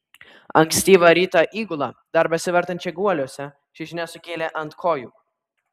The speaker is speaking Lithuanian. ankstyvą rytą įgulą dar besivartančią guoliuose ši žinia sukėlė ant kojų